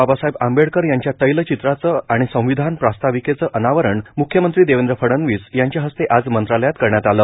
बाबासाहेब आंबेडकर यांच्या तैलचित्राचं आणि संविधान प्रास्ताविकेचं अनावरण मुख्यमंत्री देवेंद्र फडणवीस यांच्या हस्ते आज मंत्रालयात करण्यात आलं